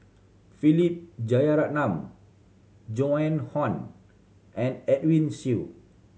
Philip Jeyaretnam Joan Hon and Edwin Siew